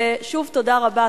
ושוב תודה רבה,